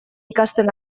ikasten